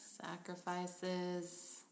sacrifices